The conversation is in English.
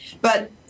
But-